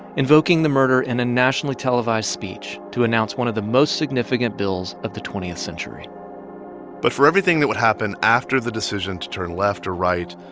invoking the murder in a nationally televised speech to announce one of the most significant bills of the twentieth century but for everything that would happen after the decision to turn left or right,